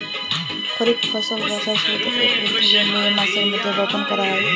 খরিফ ফসল বর্ষার শুরুতে, এপ্রিল থেকে মে মাসের মধ্যে বপন করা হয়